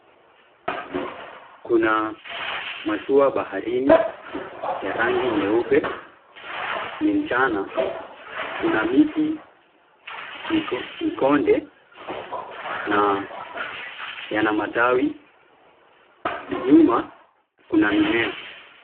Kuna mashua baharini ya rangi nyeupe, ni mchana kuna miti mikonde na yanamatawi nyuma kuna mimea.